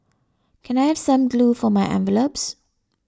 can I have some glue for my envelopes